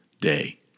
day